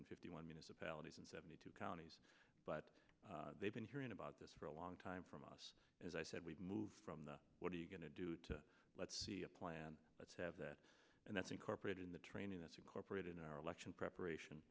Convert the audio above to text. hundred fifty one municipalities in seventy two counties but they've been hearing about this for a long time from us as i said we've moved from the what do you going to do to let's see a plan let's have that and that's incorporated in the training that's incorporated in our election preparation